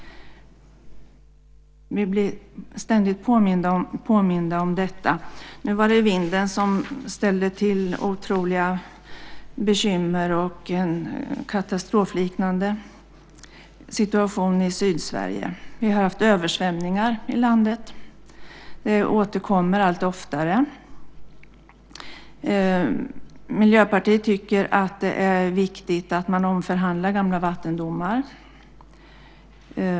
Vi blir ständigt påminda om detta. Nu var det vinden som ställde till otroliga bekymmer och en katastrofliknande situation i Sydsverige. Vi har också haft översvämningar i landet; de återkommer allt oftare. Miljöpartiet tycker att det är viktigt att man omförhandlar gamla vattendomar.